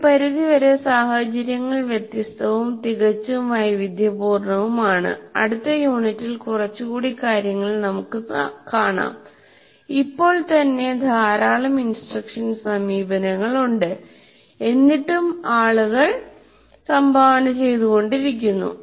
ഒരു പരിധിവരെ സാഹചര്യങ്ങൾ വ്യത്യസ്തവും തികച്ചും വൈവിധ്യപൂർണ്ണവുമാണ് അടുത്ത യൂണിറ്റിൽ കുറച്ചുകൂടി കാര്യങ്ങൾ നമുക്ക് കാണാം ഇപ്പോൾ തന്നെ ധാരാളം ഇൻസ്ട്രക്ഷൻ സമീപനങ്ങളുണ്ട് എന്നിട്ടും ആളുകൾ സംഭാവന ചെയ്യുന്നു